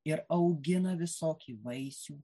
ir augina visokį vaisių